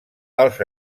als